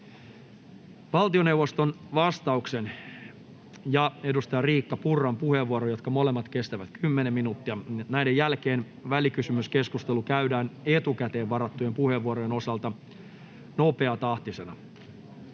Valtioneuvoston vastauksen ja edustaja Riikka Purran puheenvuoron jälkeen, jotka molemmat kestävät 10 minuuttia, välikysymyskeskustelu käydään etukäteen varattujen puheenvuorojen osalta nopeatahtisena.